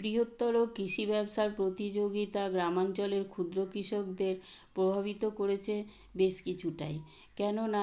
বৃহত্তর কৃষি ব্যবসার প্রতিযোগিতা গ্রামাঞ্চলের ক্ষুদ্র কৃষকদের প্রভাবিত করেছে বেশ কিচুটাই কেননা